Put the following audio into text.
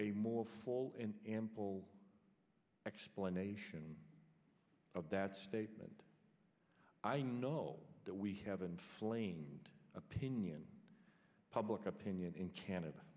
a more full import explanation of that statement i know that we have inflamed opinion public opinion in canada